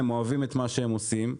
הם אוהבים את מה שהם עושים.